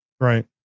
Right